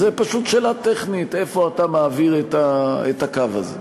זו פשוט שאלה טכנית: איפה אתה מעביר את הקו הזה.